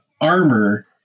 armor